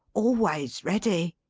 always ready.